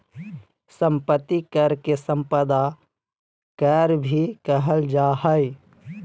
संपत्ति कर के सम्पदा कर भी कहल जा हइ